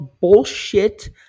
bullshit